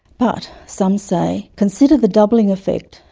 but, some say, consider the doubling effect,